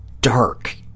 dark